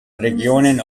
regionen